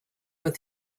but